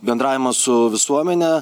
bendravimas su visuomene